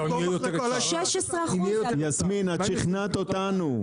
16%. יסמין את שכנעת אותנו,